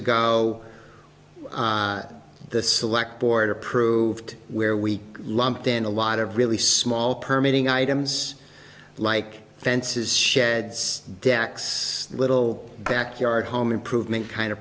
ago the select board approved where we lumped in a lot of really small permeating items like fences sheds decks little backyard home improvement kind